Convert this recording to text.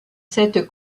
cette